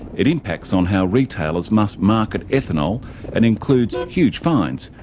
it impacts on how retailers must market ethanol and includes huge fines,